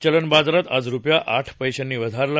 चलन बाजारात आज रुपया आठ पैशांनी वधारला